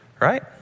right